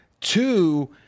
Two